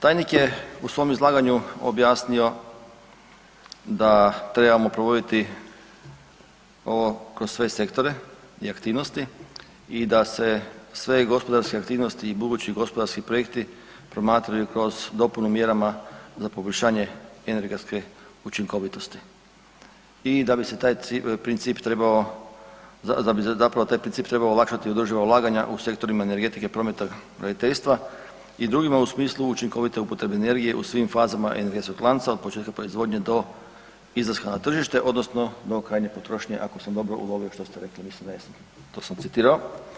Tajnik je u svom izlaganju objasnio da trebamo provoditi ovo kroz sve sektore i aktivnosti i da se sve gospodarske aktivnosti i budući gospodarski projekti promatraju kao s dopunom mjerama za poboljšanje energetske učinkovitosti i da bi se taj princip trebao, da bi zapravo taj princip trebao olakšati održiva ulaganja u sektorima energetike, prometa, graditeljstva i drugima u smislu učinkovite upotrebe energije u svim fazama energetskog lanca od početka proizvodnje do izlaska na tržište odnosno do krajnje potrošnje ako sam ulovio što ste rekli, mislim da jesam, to sam citirao.